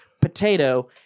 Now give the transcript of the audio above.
potato